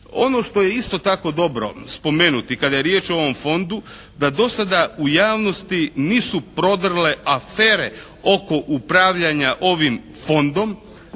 Ono što je isto tako dobro spomenuti kada je riječ o ovom fondu da do sada u javnosti nisu prodrle afere oko upravljanja ovim fondom.